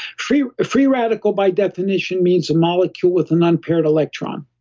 free free radical, by definition, means a molecule with an unpaired electron